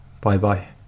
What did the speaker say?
Bye-bye